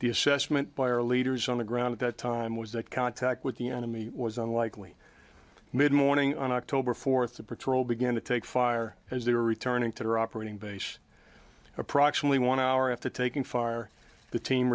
the assessment by our leaders on the ground at that time was that contact with the enemy was unlikely mid morning on october fourth the patrol began to take fire as they were returning to their operating base approximately one hour after taking fire the team